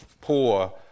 poor